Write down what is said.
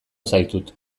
zaitut